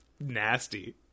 nasty